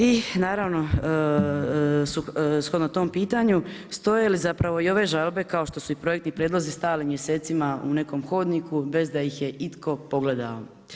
I naravno shodno tom pitanju stoje li zapravo i ove žalbe kao što su i projektni prijedlozi stajali mjesecima u nekom hodniku bez da ih je netko pogledao?